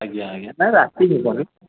ଆଜ୍ଞା ଆଜ୍ଞା ନାଇଁ ରାତି ହେବନି